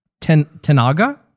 Tenaga